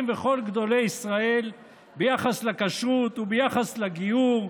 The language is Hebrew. וכל גדולי ישראל ביחס לכשרות וביחס לגיור,